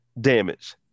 damage